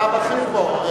אתה הבכיר פה,